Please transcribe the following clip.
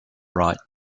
right